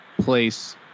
place